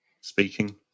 speaking